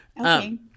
Okay